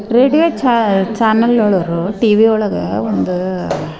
radio ಚಾನಲ್ಲೊರು T V ಒಳಗೆ ಒಂದು